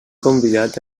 convidat